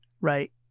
right